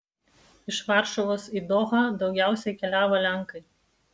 iš varšuvos į dohą daugiausiai keliavo lenkai